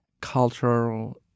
cultural